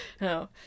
no